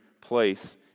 place